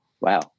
wow